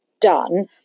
done